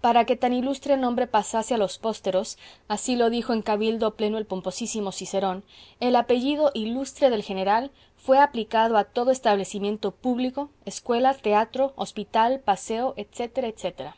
para que tan ilustre nombre pasase a los pósteros así lo dijo en cabildo pleno el pomposísimo cicerón el apellido ilustre del general fué aplicado a todo establecimiento público escuela teatro hospital paseo etcétera etcétera